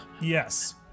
yes